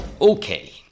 Okay